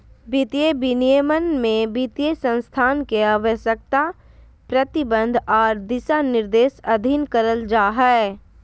वित्तीय विनियमन में वित्तीय संस्थान के आवश्यकता, प्रतिबंध आर दिशानिर्देश अधीन करल जा हय